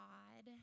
God